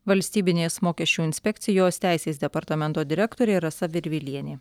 valstybinės mokesčių inspekcijos teisės departamento direktorė rasa virvilienė